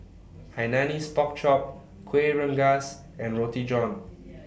Hainanese Pork Chop Kuih Rengas and Roti John